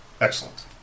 Excellent